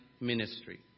ministry